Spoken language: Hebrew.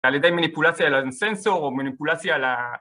על ידי מניפולציה לסנסור או מניפולציה ל...